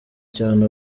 cyane